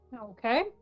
Okay